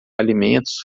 alimentos